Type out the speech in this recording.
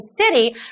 City